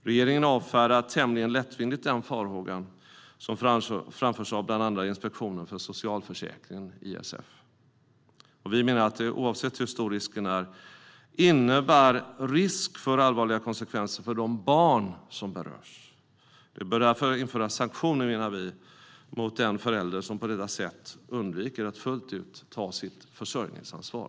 Regeringen avfärdar tämligen lättvindigt denna farhåga som framförs av bland andra Inspektionen för socialförsäkringen, ISF. Vi menar att oavsett hur stor risken är innebär det en risk för allvarliga konsekvenser för de barn som berörs. Det bör därför införas sanktioner, menar vi, mot den förälder som på detta sätt undviker att fullt ut ta sitt försörjningsansvar.